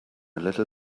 little